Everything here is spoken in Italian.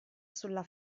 sulla